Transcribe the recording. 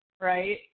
right